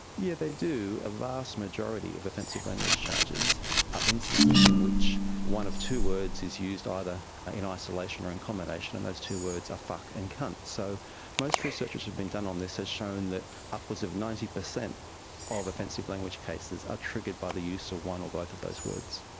yeah they do. a vast majority of offensive language charges are instances in which one of two words is used, either in ah isolation or in combination, and those two words are fuck and cunt. so most research which has been done on this has shown that upwards of ninety percent of offensive language cases are triggered by the use of one or both of those words.